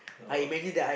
oh